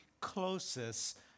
closest